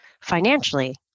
financially